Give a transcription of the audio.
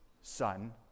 son